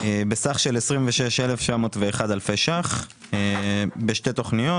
בסך של 26,901 אלפי ₪ בשתי תוכניות